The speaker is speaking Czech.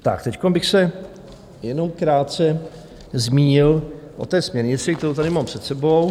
A teď bych se jenom krátce zmínil o směrnici, kterou tady mám před sebou.